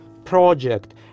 project